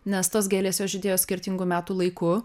nes tos gėlės jos žydėjo skirtingu metų laiku